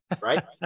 right